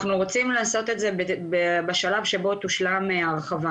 אנחנו רוצים לעשות את זה בשלב שבו תושלם ההרחבה,